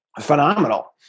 phenomenal